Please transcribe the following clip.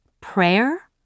prayer